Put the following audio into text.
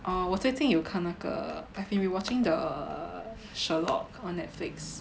orh 我最近又有看那个 I've been re-watching the Sherlock on Netflix